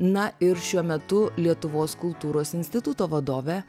na ir šiuo metu lietuvos kultūros instituto vadovė